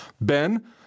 Ben